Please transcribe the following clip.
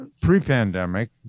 pre-pandemic